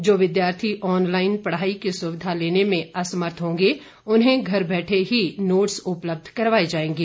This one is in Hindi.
जो विद्यार्थी ऑनलाइन पढ़ाई की सुविधा लेने में असमर्थ होंगे उन्हें घर बैठे ही नोट्स उपलब्ध करवाए जायेंगे